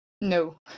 No